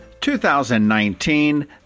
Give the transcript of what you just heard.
2019